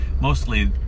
mostly